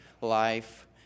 life